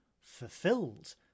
fulfilled